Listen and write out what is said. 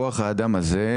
כוח האדם הזה,